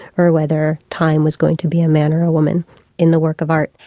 or whether time was going to be a man or a woman in the work of art.